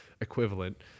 equivalent